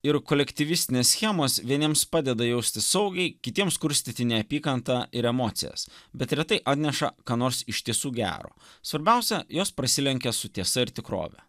ir kolektyvistinės schemos vieniems padeda jaustis saugiai kitiems kurstyti neapykantą ir emocijas bet retai atneša ką nors iš tiesų gero svarbiausia jos prasilenkia su tiesa ir tikrove